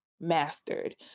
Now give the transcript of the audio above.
mastered